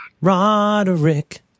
Roderick